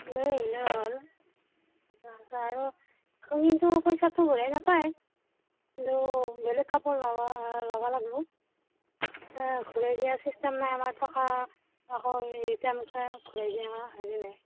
লৈ আহিলেই হ'ল তা পা আৰু কিন্তু পইচাটো ঘূৰাই নাপায় কিন্তু বেলেগ কাপোৰ ল'বা লাগব লাগব ঘূৰাই দিয়া চিষ্টেম নাই আমাৰ থকা আকৌ ৰিটাৰ্ণ ঘূৰাই দিয়া হেৰি নাই